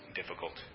difficult